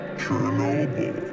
Chernobyl